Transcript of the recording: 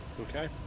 Okay